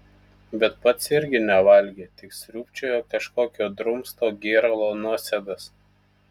bet pats irgi nevalgė tik sriūbčiojo kažkokio drumsto gėralo nuosėdas